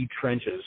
trenches